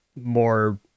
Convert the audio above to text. more